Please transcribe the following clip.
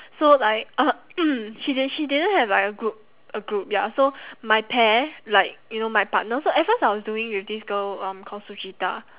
so like uh she di~ she didn't have like a group a group ya so my pair like you know my partner so at first I was doing with this girl um called suchita